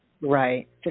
Right